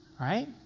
right